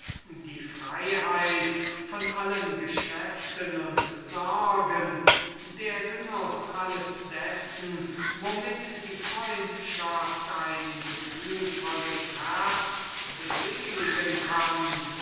die freiheit von allen geschäften und sorgen der genuß alles dessen womit die freundschaft ein gefühlvolles herz beseligen kann